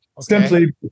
simply